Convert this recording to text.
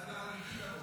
הייתה תפילה חגיגית הבוקר.